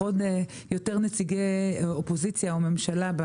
יותר נציגי אופוזיציה או ממשלה.